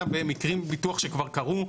אלא מקרי ביטוח שכבר קרו.